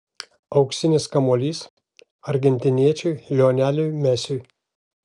auksinis kamuolys argentiniečiui lioneliui messi